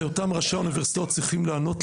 שעליה ראשי האוניברסיטאות צריכים לענות,